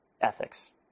ethics